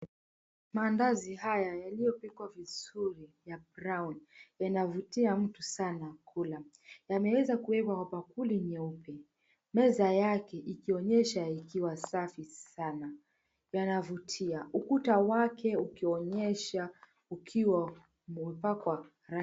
Mandazi haya yaliyopikwa vizuri ya brown yanavutia mtu sana kula. Yameweza kuwekwa kwa bakuli nyeupe. Meza yake ikionyesha ikiwa safi sana, yanavutia, ukuta wake ukionyesha ukiwa umepakwa rangi.